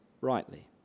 rightly